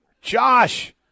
Josh